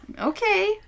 Okay